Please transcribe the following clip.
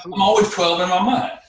i'm always twelve in ah my